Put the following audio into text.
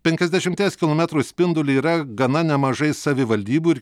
penkiasdešimties kilometrų spinduliu yra gana nemažai savivaldybių ir